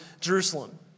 Jerusalem